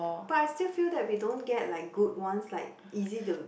but I still feel that we don't get like good ones like easy to